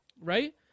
right